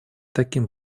таким